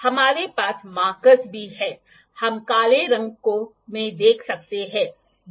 तो हमारे पास मार्करस भी हैं हम काले रंगों में देख सकते हैं दो मार्कर हैं